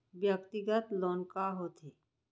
व्यक्तिगत लोन का होथे?